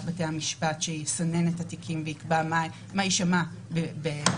בתי המשפט שיסנן את התיקים ויקבע מה יישמע בפני